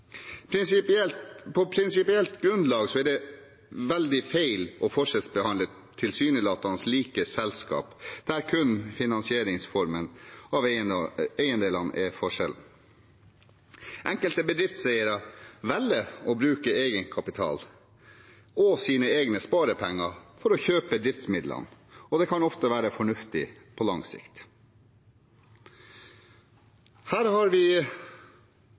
På prinsipielt grunnlag er det veldig feil å forskjellsbehandle tilsynelatende like selskap, der kun finansieringsformen for eiendelene er forskjellen. Enkelte bedriftseiere velger å bruke egenkapital og sine egne sparepenger for å kjøpe driftsmidlene, og det kan ofte være fornuftig på lang sikt. Her har vi